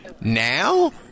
now